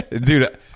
Dude